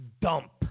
dump